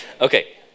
Okay